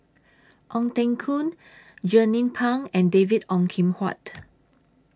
Ong Teng Koon Jernnine Pang and David Ong Kim Huat